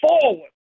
forward